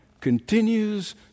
continues